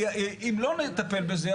כי אם לא נטפל בזה,